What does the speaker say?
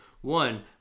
one